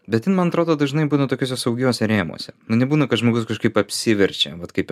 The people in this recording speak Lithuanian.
bet jin man atrodo dažnai būna tokiuose saugiuose rėmuose na nebūna kad žmogus kažkaip apsiverčia vat kaip